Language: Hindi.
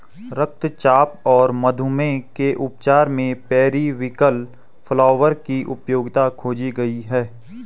रक्तचाप और मधुमेह के उपचार में पेरीविंकल फ्लावर की उपयोगिता खोजी गई है